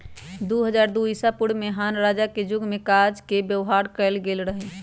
दू हज़ार दू ईसापूर्व में हान रजा के जुग में कागज के व्यवहार कएल गेल रहइ